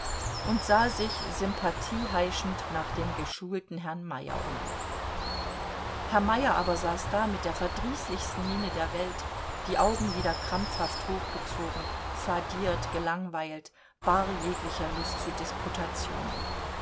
und sah sich sympathie heischend nach dem geschulten herrn meyer um herr meyer aber saß da mit der verdießlichsten miene der welt die augenlider krampfhaft hochgezogen fadiert gelangweilt bar jeglicher lust zu disputationen